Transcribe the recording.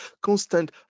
constant